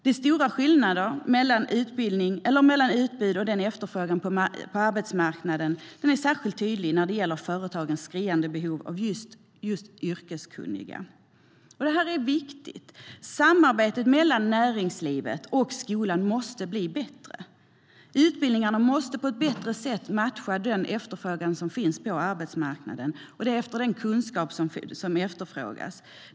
Den stora skillnaden mellan utbud och efterfrågan på arbetsmarknaden är särskilt tydlig när det gäller företagens skriande behov av just yrkeskunniga. Det är viktigt att samarbetet mellan näringsliv och skola blir bättre. Utbildningarna måste på ett bättre sätt matcha den kunskap som efterfrågas på arbetsmarknaden.